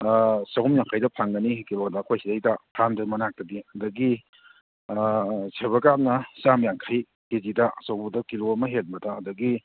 ꯑꯥ ꯆꯍꯨꯝ ꯌꯥꯡꯈꯩꯗ ꯐꯪꯒꯅꯤ ꯀꯤꯂꯣꯗ ꯑꯩꯈꯣꯏ ꯁꯤꯗꯩꯗ ꯐ꯭ꯔꯥꯝꯗ ꯃꯅꯥꯛꯇꯗꯤ ꯑꯗꯒꯤ ꯑꯥ ꯁꯤꯜꯕꯔ ꯀꯥꯞꯅ ꯆꯥꯝ ꯌꯥꯡꯈꯩ ꯀꯦ ꯖꯤꯗ ꯑꯆꯧꯕꯗ ꯀꯤꯂꯣ ꯑꯃ ꯍꯦꯟꯕꯗ ꯑꯗꯒꯤ